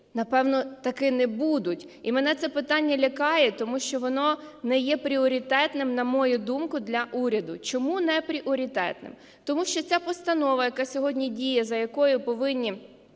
Напевно таки не будуть. І мене це питання лякає, тому що воно не є пріоритетним, на мою думку, для уряду. Чому не пріоритетним? Тому що ця постанова, яка сьогодні діє, за якою повинні